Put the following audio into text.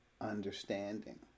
understanding